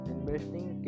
Investing